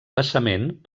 basament